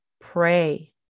pray